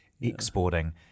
exporting